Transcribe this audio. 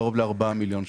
קרוב לארבעה מיליון שקלים.